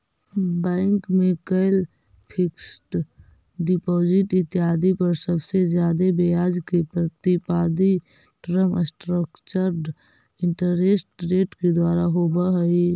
bank में कैल fixed deposit इत्यादि पर सबसे जादे ब्याज के प्राप्ति टर्म स्ट्रक्चर्ड इंटरेस्ट रेट के द्वारा होवऽ हई